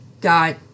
got